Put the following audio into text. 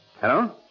Hello